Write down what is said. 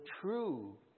true